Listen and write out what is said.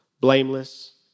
blameless